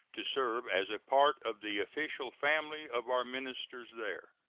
to serve as a part of the official family of our ministers there.